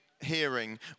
hearing